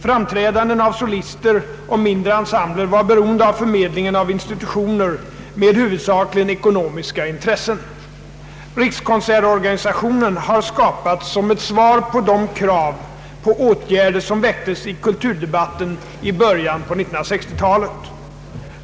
Framträdanden av solister och mindre ensembler var beroende av förmedling av institutioner med huvudsakligen ekonomiska intressen. Rikskonsertorganisationen har skapats som ett svar på de krav på åtgärder som väcktes i kulturdebatten i början av 1960-talet.